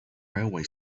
railway